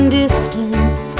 distance